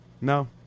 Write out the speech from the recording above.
no